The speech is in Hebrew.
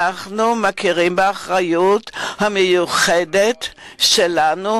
אנחנו מכירים באחריות המיוחדת שלנו